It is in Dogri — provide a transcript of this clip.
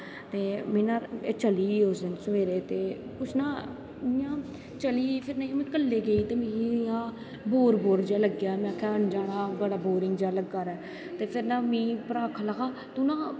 में ना चली उस दिन सवेरे ते कुश ना चली ते कल्ली गेई ते मीं इयां बोर बोर जेहा लग्गेआ में आक्खेआ में नी जाना ऐ बड़ा बोरिंग जा लग्गा दा ऐ फिर ना मीं भ्रह् आक्खन लगा तूं ना